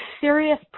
serious